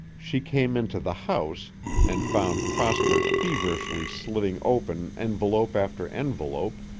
she came into the house and found prosper feverishly slitting open envelope after envelope,